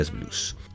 blues